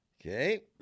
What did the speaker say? Okay